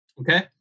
okay